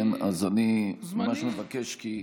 אז אני ממש מבקש כי,